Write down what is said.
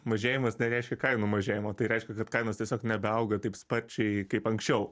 mažėjimas nereiškia kainų mažėjimo tai reiškia kad kainos tiesiog nebeauga taip sparčiai kaip anksčiau